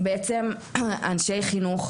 בעצם אנשי חינוך,